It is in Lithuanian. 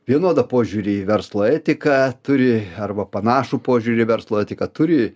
vienodą požiūrį į verslo etiką turi arba panašų požiūrį į verslo etiką turi